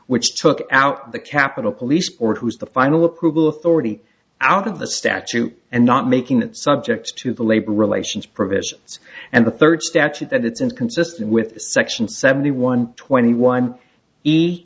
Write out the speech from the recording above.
which took out the capitol police or has the final approval authority out of the statute and not making it subject to the labor relations provisions and the third statute that it's inconsistent with section seventy one twenty one